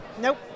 Nope